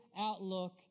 outlook